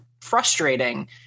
frustrating